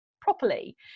properly